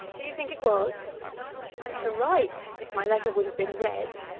do you think it was and to write, if my letter would have been read,